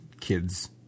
kids